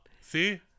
See